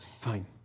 Fine